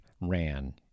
ran